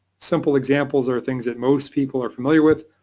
simple examples are things that most people are familiar with,